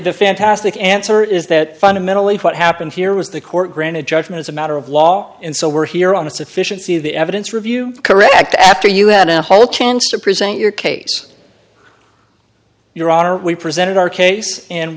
the fantastic answer is that fundamentally what happened here was the court granted judgment as a matter of law and so we're here on a sufficiency of the evidence review correct after you had a whole chance to present your case your honor we presented our case and